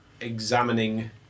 examining